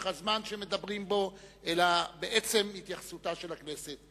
הזמן שמדברים בו אלא בעצם התייחסותה של הכנסת.